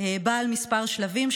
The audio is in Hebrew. בעל כמה שלבים,